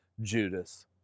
Judas